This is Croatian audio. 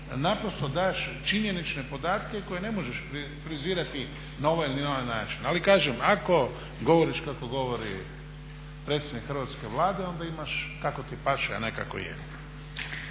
imaš daješ činjenične podatke koje ne možeš frizirati na ovaj ili na onaj način. Ali kažem ako govoriš kako govori predsjednik hrvatske Vlade onda imaš kako ti paše, a ne kako je.